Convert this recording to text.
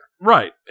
right